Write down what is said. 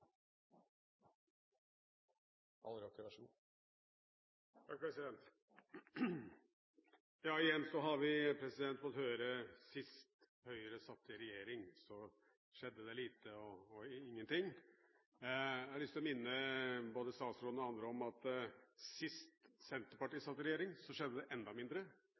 på køprising? Igjen har vi fått høre: Sist Høyre satt i regjering, skjedde det lite og ingenting. Jeg har lyst til å minne både statsråden og andre om at sist Senterpartiet satt i regjering, skjedde det enda mindre.